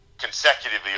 consecutively